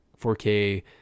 4k